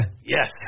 Yes